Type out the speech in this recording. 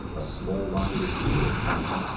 a small-minded leader of fashion,